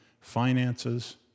finances